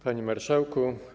Panie Marszałku!